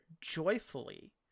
joyfully